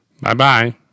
Bye-bye